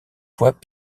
fois